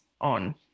on